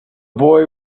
boy